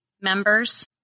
members